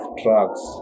drugs